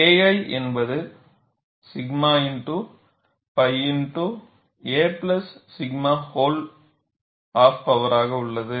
KI என்பது 𝛔 X pi X a plus 𝛅 whole of பவர்யாக உள்ளது